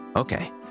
Okay